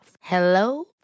Hello